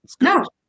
No